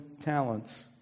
talents